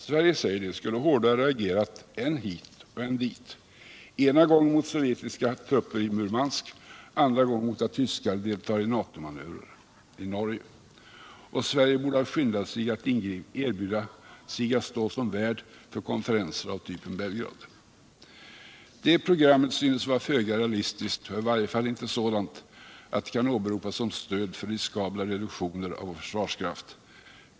Sverige skulle, säger de, hårdare ha reagerat, än hit och än dit, ena gången mot sovjetiska trupptransporter i Murmansk, andra gången mot att tyskar deltar i NATO manövrer i Norge. Och Sverige borde även ha skyndat att erbjuda sig att stå som värd för konferenser av typen Belgrad: Det programmet synes vara föga realistiskt, och är i varje fall icke sådant att det kan åberopas som stöd för riskabla reduktioner av vår försvarskraft.